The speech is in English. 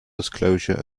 disclosure